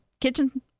kitchen